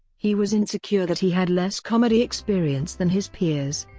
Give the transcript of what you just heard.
he was insecure that he had less comedy experience than his peers.